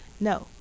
No